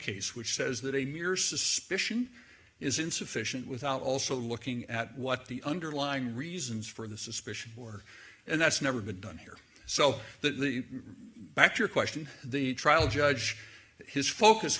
case which says that a mere suspicion is insufficient without also looking at what the underlying reasons for the suspicion for and that's never been done here so that the back your question the trial judge his focus